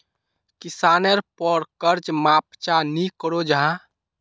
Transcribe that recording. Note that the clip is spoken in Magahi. किसानेर पोर कर्ज माप चाँ नी करो जाहा?